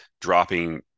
dropping